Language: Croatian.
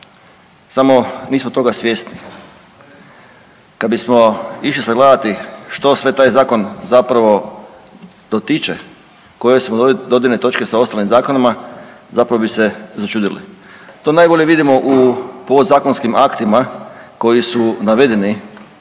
samo nismo toga svjesni. Kada bismo išli sagledati što sve taj zakon zapravo dotiče, koje su mu dodirne točke sa ostalim zakonima zapravo bi se začudili. To najbolje vidimo u podzakonskim aktima koji su navedeni,